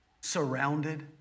Surrounded